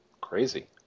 Crazy